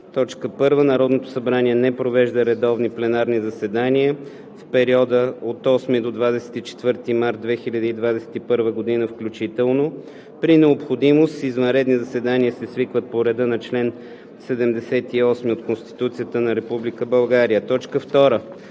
РЕШИ: 1. Народното събрание не провежда редовни пленарни заседания в периода от 8 до 24 март 2021 г. включително. При необходимост извънредни заседания се свикват по реда на чл. 78 от Конституцията на Република